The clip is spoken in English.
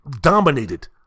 dominated